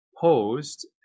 posed